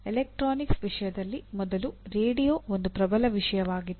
electronics ವಿಷಯದಲ್ಲಿ ಮೊದಲು radio ಒಂದು ಪ್ರಬಲ ವಿಷಯವಾಗಿತ್ತು